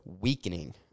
weakening